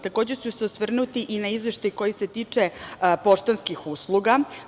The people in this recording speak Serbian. Takođe ću se osvrnuti i na izveštaj koji se tiče poštanskih usluga.